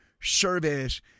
service